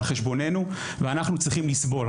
על חשבוננו ואנחנו צריכים לסבול.